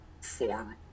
form